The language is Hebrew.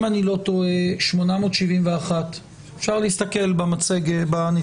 אם אני לא טועה 871. אפשר להסתכל בנתונים.